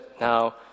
Now